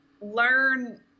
learn